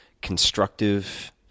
constructive